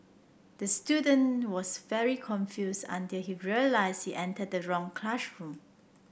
the student was very confused until he realised he entered the wrong